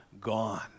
gone